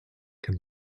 can